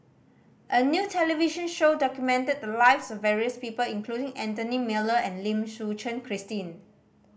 a new television show documented the lives of various people including Anthony Miller and Lim Suchen Christine